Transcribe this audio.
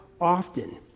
often